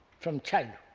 from childhood.